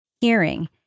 hearing